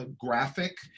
graphic